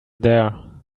there